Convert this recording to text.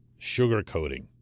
sugarcoating